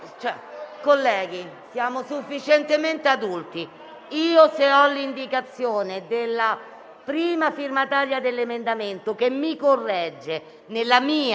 Colleghi, siamo sufficientemente adulti. Se ho l'indicazione della prima firmataria dell'emendamento, che mi corregge nella mia